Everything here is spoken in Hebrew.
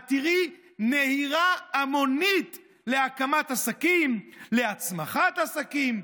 את תראי נהירה המונית להקמת עסקים, להצמחת עסקים.